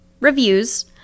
reviews